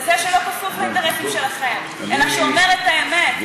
כזה שלא חשוף לאינטרסים שלכם אלא שאומר את האמת.